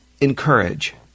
encourage